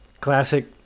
Classic